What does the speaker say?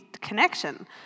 connection